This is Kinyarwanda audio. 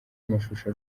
amashusho